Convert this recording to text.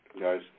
guys